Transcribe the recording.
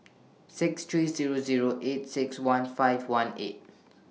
six three Zero Zero eight six one five one eight